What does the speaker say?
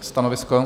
Stanovisko?